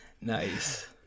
Nice